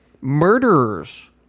Murderers